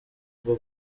bwo